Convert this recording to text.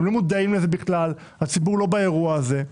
הם לא מודעים לזה בכלל, הציבור לא באירוע הזה.